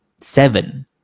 seven